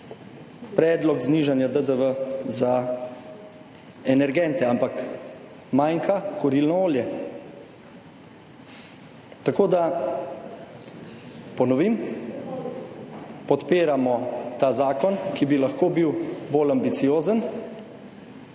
predlog znižanja DDV za energente, ampak manjka kurilno olje. Tako da ponovim, podpiramo ta zakon, ki bi lahko bil bolj ambiciozen,